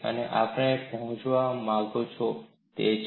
આ આપણે પહોંચવા માંગો છો તે છે